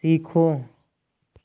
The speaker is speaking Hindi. सीखो